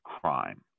crime